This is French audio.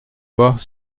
bas